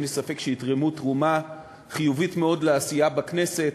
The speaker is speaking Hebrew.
אין לי ספק שיתרמו תרומה חיובית מאוד לעשייה בכנסת,